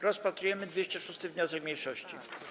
Rozpatrujemy 206. wniosek mniejszości.